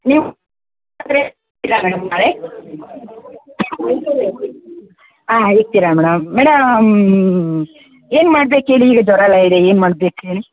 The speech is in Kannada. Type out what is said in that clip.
ನೀವು ಬಂದರೆ ಇರ್ತೀರಾ ಮೇಡಮ್ ನಾಳೆ ಹಾಂ ಇರ್ತೀರಾ ಮೇಡಮ್ ಮೇಡಮ್ ಏನು ಮಾಡ್ಬೇಕು ಹೇಳಿ ಈಗ ಜ್ವರ ಎಲ್ಲ ಇದೆ ಏನು ಮಾಡ್ಬೇಕು ಹೇಳಿ